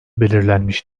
belirlenmiş